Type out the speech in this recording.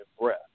breath